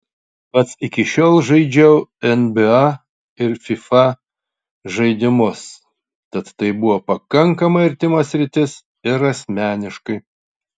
pats iki šiol žaidžiu nba ir fifa žaidimus tad tai buvo pakankamai artima sritis ir asmeniškai